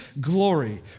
glory